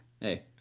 hey